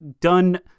done